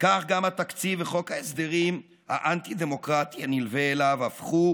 וכך גם התקציב וחוק ההסדרים האנטי-דמוקרטי הנלווה אליו הפכו